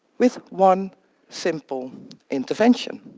with one simple intervention!